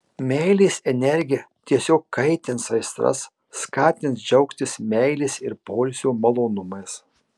meilės energija tiesiog kaitins aistras skatins džiaugtis meilės ir poilsio malonumais